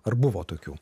ar buvo tokių